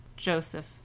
joseph